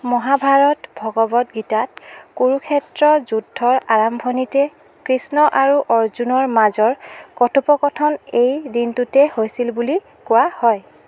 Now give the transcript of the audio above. মহাভাৰত ভগৱৎ গীতাত কুৰুক্ষেত্ৰ যুদ্ধৰ আৰম্ভণিতে কৃষ্ণ আৰু অৰ্জুনৰ মাজৰ কথোপকথন এই দিনটোতে হৈছিল বুলি কোৱা হয়